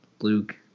Luke